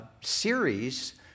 series